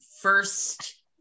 first